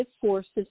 forces